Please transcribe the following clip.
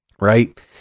right